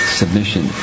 submission